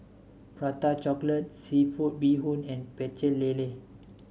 Prata Chocolate seafood Bee Hoon and Pecel Lele